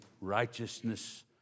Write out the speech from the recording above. righteousness